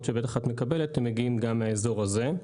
שאת בוודאי מקבלת שמגיעות גם מהאזור הזה.